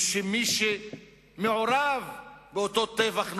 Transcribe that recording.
כדי שמי שמעורב באותו טבח נורא,